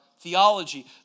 theology